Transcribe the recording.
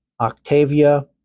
Octavia